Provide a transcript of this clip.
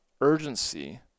urgency